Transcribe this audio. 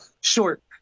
short